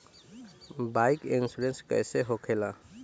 Bike insurance कैसे होखे ला?